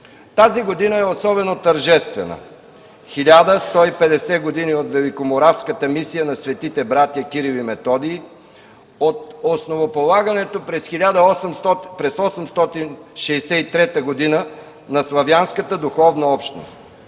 Тази година е особено тържествена – 1150 години от Великоморавската мисия на Светите братя Кирил и Методий, от основополагането през 863 година на славянската духовна общност.